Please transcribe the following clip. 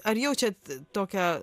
ar jaučiat tokią